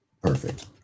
Perfect